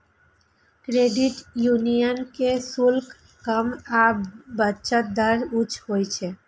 credit union के शुल्क कम आ बचत दर उच्च होइ छै